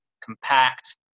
compact